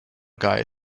guy